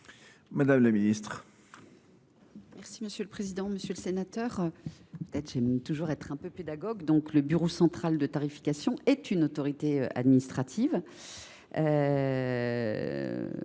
madame la ministre,